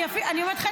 אני אומרת לך,